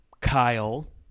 kyle